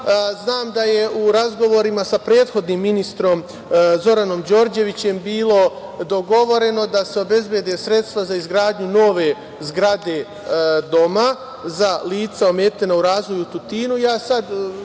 Znam da je u razgovorima sa prethodnim ministrom Zoranom Đorđevićem bilo dogovoreno da se obezbede sredstva za izgradnju nove zgrade Doma za lica ometena u razvoju u